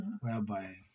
Whereby